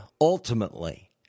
ultimately